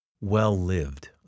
well-lived